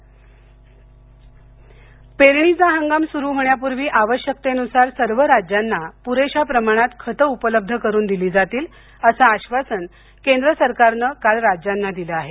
urea पेरणीचा हंगाम सूरु होण्यापूर्वी आवश्यकतेनुसार सर्व राज्यांना पूरेशा प्रमाणात खत उपलब्ध करून दिलं जाईल असं आश्वासन केंद्र सरकारनं काल राज्यांना दिलं आहे